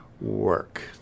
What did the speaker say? work